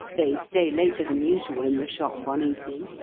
they stay later than usual in the shop one evening,